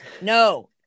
No